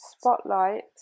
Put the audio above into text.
spotlight